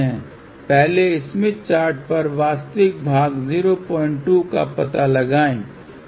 पहले Smith chart पर वास्तविक भाग 02 का पता लगाएं